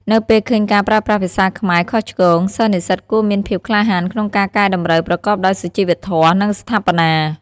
នៅពេលឃើញការប្រើប្រាស់ភាសាខ្មែរខុសឆ្គង សិស្សនិស្សិតគួរមានភាពក្លាហានក្នុងការកែតម្រូវប្រកបដោយសុជីវធម៌ និងស្ថាបនា។